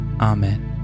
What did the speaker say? Amen